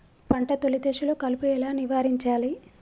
పంట తొలి దశలో కలుపు ఎలా నివారించాలి?